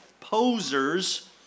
posers